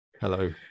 hello